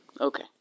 Okay